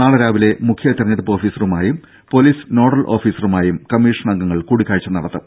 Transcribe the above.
നാളെ രാവിലെ മുഖ്യതെരഞ്ഞെടുപ്പ് ഓഫീസറുമായും പൊലീസ് നോഡൽ ഓഫീസറുമായും കമ്മീഷൻ അംഗങ്ങൾ കൂടിക്കാഴ്ച നടത്തും